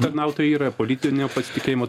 tarnautojai yra politinio pasitikėjimo